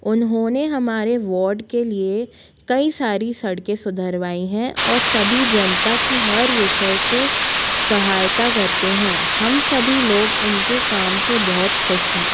उन्होंने हमारे वोर्ड के लिए कई सारी सड़के सुधरवाई हैं और सभी जनता की हर विषय से सहायता करते हैं हम सभी लोग उनके काम से बहुत खुश हैं